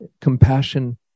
compassion